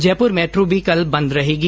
Jaipur metro भी कल बंद रहेगी